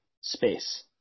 space